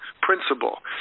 principle